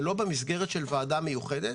זה לא במסגרת של ועדה מיוחדת